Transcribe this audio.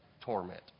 torment